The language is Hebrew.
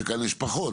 שכאן יש פחות,